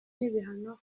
n’ibihano